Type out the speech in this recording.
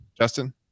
Justin